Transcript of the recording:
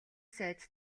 сайд